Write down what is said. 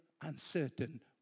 uncertain